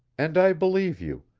and i believe you,